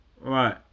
Right